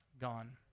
gone